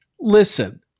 listen